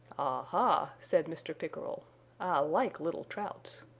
ha, said mr. pickerel, i like little trouts.